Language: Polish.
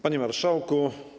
Panie Marszałku!